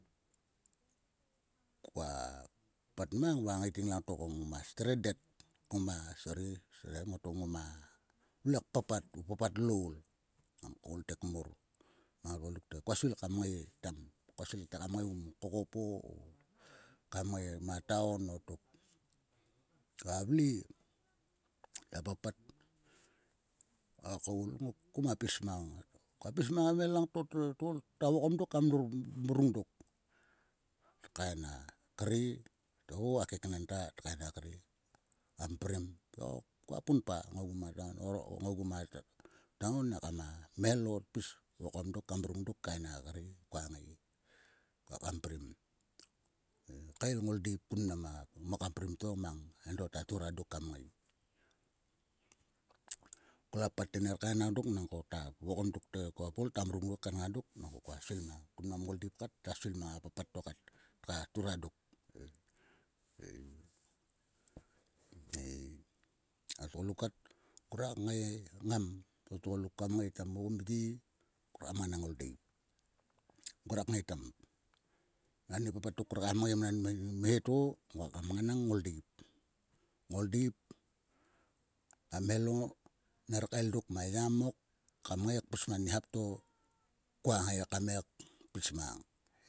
Koa pat mang mang a ngaiting langto ko ngoma strended. Koma sore. sore ngang ngor ko o papat o loul ngam koul ngte kmor. Ngama havai te koa svil kam ngai tam. Koa svil kam ngai mkokopo o kam ngai ma taun o tok. Kua vle gia papat o koul ruk koma pis mang ngar. Koa pis mang a mhel langto tol to ta vokom dok ka mrung dok. Tkaen a kre. to o a keknan ta tkaen a kre. Kanprim to kua punpa ogu ma taun. Ngaigu ma taun ekam a mhelo tpis vokom dok ka mrung dok kaen a kre koa ngai. Koa kanprim kael ngoldeip kun mnam a mokanprim to mang edo ta turang dok kam ngai. Klo pat te ner kain ngang dok nangko ta vokom dok te koa koul ta vokom dok ka mrung dok kaenngang dok nangko koa svil mang. Kun mnam ngoldeip kat ta svil mang a papat to kat ta turang dok ei. D tgoluk kat ngruak ngai ngam. o tgoluk kam ngai tam. ogun mhe. ngruak mnganang ngoldeip. Ngruak ngai tam. ani papat to ngroakam ngai ma ni mhe to. Nguaka mnganang ngoldeip. Ngoldeip a mhelo tkael dok ma yamok kam ngai kpis ma ni ap to koa ngai kam ngai pis mang.